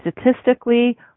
statistically